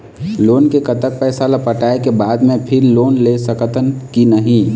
Loan के कतक पैसा ला पटाए के बाद मैं फिर लोन ले सकथन कि नहीं?